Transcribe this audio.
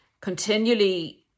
continually